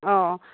ꯑꯧ ꯑꯣ